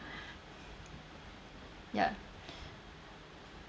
ya